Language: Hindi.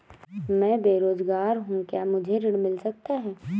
मैं बेरोजगार हूँ क्या मुझे ऋण मिल सकता है?